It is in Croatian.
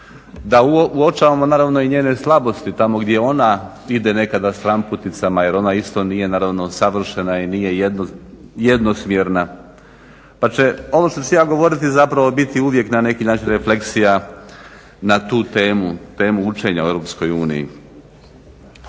da uočavamo naravno i njene slabosti tamo gdje ona ide nekada stranputicama jer ona isto nije naravno savršena i nije jednosmjerna. Pa će ono što ću ja govoriti zapravo biti uvijek na neki način refleksija na tu temu, temu učenja o EU. Ono